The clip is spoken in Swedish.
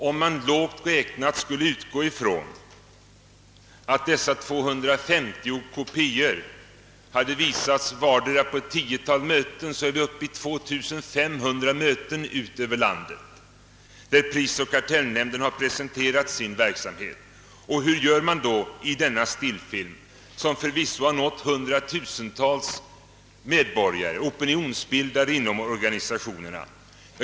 Om man, lågt räknat, skulle utgå ifrån att dessa 250 kopior visats vardera på ett tiotal möten, så är vi uppe i 2500 möten runt om i landet, där prisoch kartellnämnden presenterat sin verksamhet. Och hur gör man då i denna stillfilm som förvisso nått hundratusentals medborgare, opinionsbildare inom organisationerna?